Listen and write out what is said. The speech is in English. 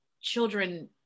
children